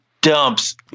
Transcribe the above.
dumps